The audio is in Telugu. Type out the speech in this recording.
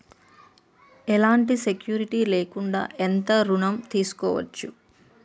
ఎలాంటి సెక్యూరిటీ లేకుండా ఎంత ఋణం తీసుకోవచ్చు?